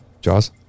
Jaws